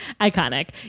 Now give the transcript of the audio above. Iconic